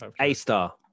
A-star